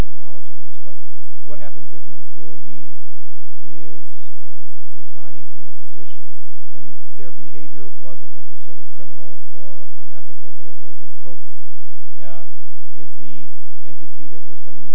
some knowledge on this but what happens if an employee is resigning from their position and their behavior wasn't necessarily criminal or unethical but it was inappropriate is the entity that we're sending